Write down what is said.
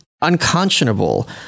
unconscionable